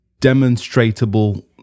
demonstratable